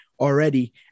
already